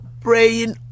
praying